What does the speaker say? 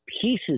pieces